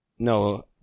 No